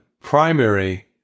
primary